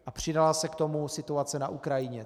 A přidala se k tomu situace na Ukrajině.